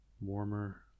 Warmer